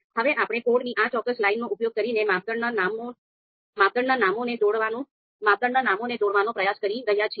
હવે આપણે કોડની આ ચોક્કસ લાઇનનો ઉપયોગ કરીને માપદંડોના નામોને જોડવાનો પ્રયાસ કરી રહ્યા છીએ